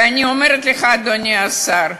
ואני אומרת לך, אדוני השר,